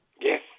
Yes